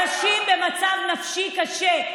אנשים במצב נפשי קשה.